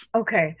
Okay